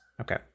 Okay